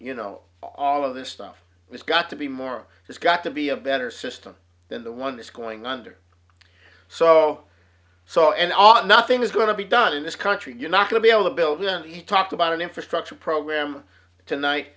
you know all of this stuff has got to be more there's got to be a better system than the one that's going under so so and although nothing is going to be done in this country you're not going to be able to build and he talked about an infrastructure program tonight